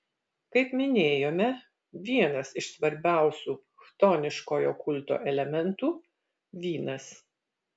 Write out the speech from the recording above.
kaip minėjome vienas iš svarbiausių chtoniškojo kulto elementų vynas